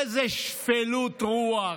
איזה שפלות רוח,